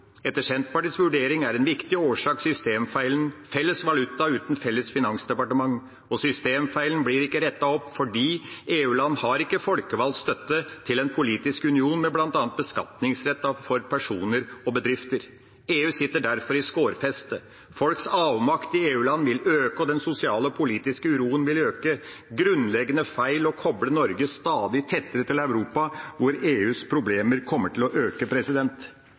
Etter Senterpartiets vurdering er en viktig årsak systemfeilen: felles valuta uten felles finansdepartement. Og systemfeilen blir ikke rettet opp, for EU-land har ikke folkevalgt støtte til en politisk union med bl.a. beskatningsrett for personer og bedrifter. EU sitter derfor i skårfestet. Folks avmakt i EU-land vil øke, og den sosiale og politiske uroen vil øke. Det er grunnleggende feil å koble Norge stadig tettere til Europa, hvor EUs problemer kommer til å øke.